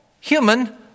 human